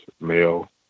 male